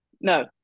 No